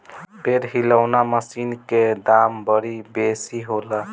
पेड़ हिलौना मशीन के दाम बड़ी बेसी होला